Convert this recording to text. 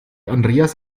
andreas